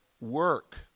Work